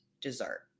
dessert